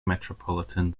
metropolitan